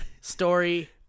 story